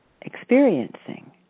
experiencing